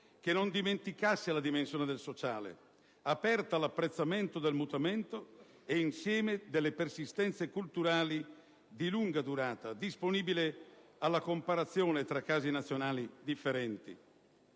che non dimenticasse la dimensione del sociale, aperta all'apprezzamento del mutamento e insieme delle persistenze culturali di lunga durata, disponibile alla comparazione tra casi nazionali differenti.